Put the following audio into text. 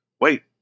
Wait